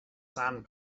sand